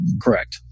Correct